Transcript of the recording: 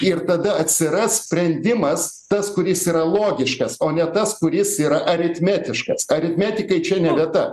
ir tada atsiras sprendimas tas kuris yra logiškas o ne tas kuris yra aritmetiškas aritmetikai čia ne vieta